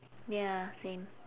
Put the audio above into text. ya same